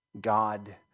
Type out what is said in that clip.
God